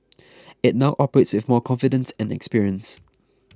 it now operates with more confidence and experience